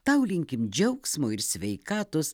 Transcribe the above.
tau linkim džiaugsmo ir sveikatos